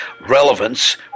Relevance